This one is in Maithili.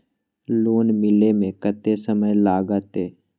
लोन मिले में कत्ते समय लागते?